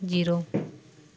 zero